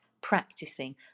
practicing